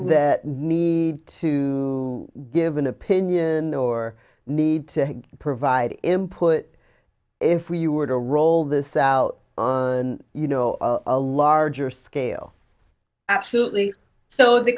that need to give an opinion or need to provide input if we were to roll this out you know a larger scale absolutely so the